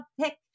pick